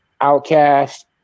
Outcast